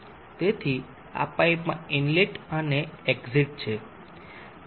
તેથી આ પાઇપમાં ઇનલેટ અને એક્ઝિટ છે